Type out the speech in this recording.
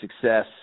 success